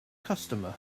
customer